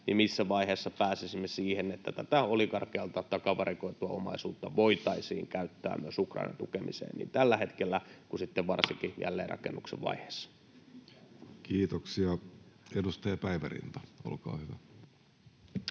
niin missä vaiheessa pääsisimme siihen, että tätä oligarkeilta takavarikoitua omaisuutta voitaisiin käyttää myös Ukrainan tukemiseen niin tällä hetkellä kuin varsinkin jälleenrakennuksen vaiheessa? [Speech 93] Speaker: Jussi Halla-aho